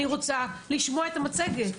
אני רוצה לשמוע את המצגת,